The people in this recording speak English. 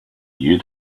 you